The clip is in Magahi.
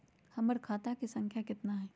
हमर खाता के सांख्या कतना हई?